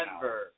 Denver